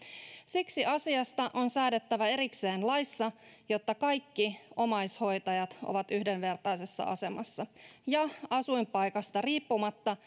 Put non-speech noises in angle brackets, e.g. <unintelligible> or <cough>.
siksi asiasta on säädettävä erikseen laissa jotta kaikki omaishoitajat ovat yhdenvertaisessa asemassa ja asuinpaikasta riippumatta <unintelligible>